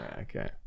Okay